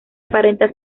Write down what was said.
aparenta